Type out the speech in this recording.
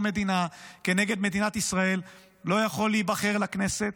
מדינה כנגד מדינת ישראל לא יכול להיבחר לכנסת